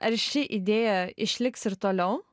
ar ši idėja išliks ir toliau